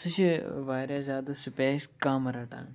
سُہ چھُ واریاہ زیادٕ سٕپیس کَم رَٹان